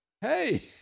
hey